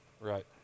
right